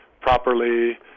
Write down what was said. properly